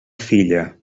filla